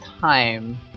time